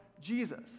Jesus